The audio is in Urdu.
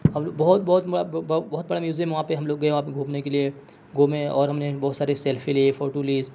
ہم لوگ بہت بہت بہت پرانے میوزیم میں وہاں پہ ہم لوگ گیے وہاں پہ گھومنے کے لیے گھومے اور ہم نے بہت سارے سلیفی لیے فوٹو لیے